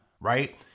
right